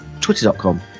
twitter.com